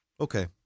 Okay